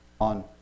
On